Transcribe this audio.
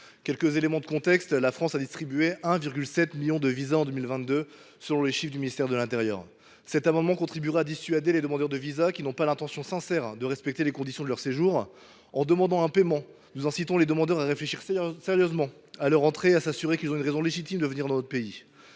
quelques éléments de contexte : la France a distribué 1,7 million de visas en 2022, selon les chiffres du ministère de l’intérieur. Cet amendement vise à dissuader les demandeurs de visa qui n’ont pas l’intention sincère de respecter les conditions de leur séjour. En demandant un paiement, nous incitons les demandeurs à réfléchir sérieusement à leur entrée et à s’assurer qu’ils ont une raison légitime de venir dans notre pays.